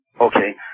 okay